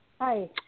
Hi